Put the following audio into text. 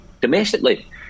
Domestically